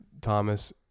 Thomas